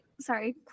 Sorry